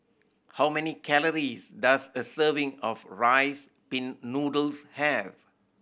how many calories does a serving of Rice Pin Noodles have